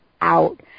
out